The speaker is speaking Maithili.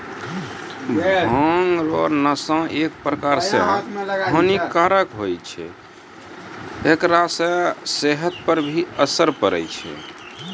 भांग रो नशा एक प्रकार से हानी कारक हुवै छै हेकरा से सेहत पर भी असर पड़ै छै